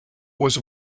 was